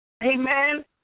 Amen